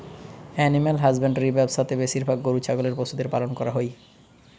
animal husbandry ব্যবসা তে বেশিরভাগ গরু ছাগলের পশুদের পালন করা হই